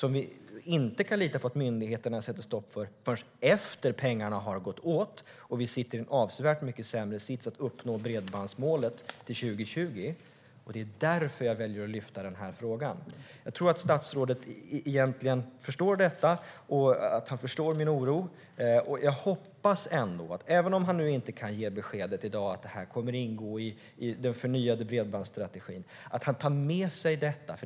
Vi kan inte lita på att myndigheterna sätter stopp för det förrän efter att pengarna har gått åt. Vi sitter då i en avsevärt mycket sämre sits att uppnå bredbandsmålet till 2020. Det är därför jag väljer att lyfta fram den här frågan. Jag tror att statsrådet egentligen förstår detta och min oro. Även om han nu inte kan ge beskedet i dag att det kommer att ingå i den förnyade bredbandsstrategin hoppas jag ändå att han tar med sig detta.